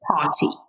party